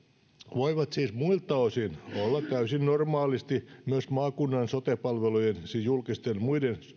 voivat siis muilta osin olla täysin normaalisti myös maakunnan sote palvelujen siis julkisten muiden